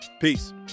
Peace